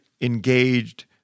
engaged